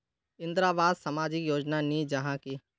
इंदरावास सामाजिक योजना नी जाहा की?